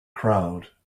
crowd